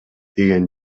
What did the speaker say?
деген